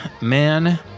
man